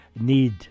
need